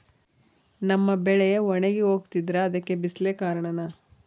ನಮ್ಮ ಬೆಳೆ ಒಣಗಿ ಹೋಗ್ತಿದ್ರ ಅದ್ಕೆ ಬಿಸಿಲೆ ಕಾರಣನ?